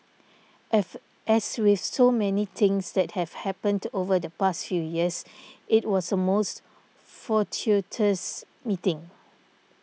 as as with so many things that have happened over the past few years it was a most fortuitous meeting